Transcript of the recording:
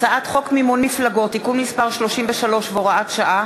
הצעת חוק מימון מפלגות (תיקון מס' 33 והוראת שעה),